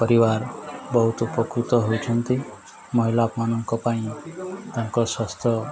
ପରିବାର ବହୁତ ଉପକୃତ ହୋଉଛନ୍ତି ମହିଳାମାନଙ୍କ ପାଇଁ ତାଙ୍କ ସ୍ୱାସ୍ଥ୍ୟ